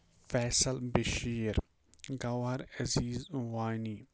Faisal Bashir Gohar Aziz Wani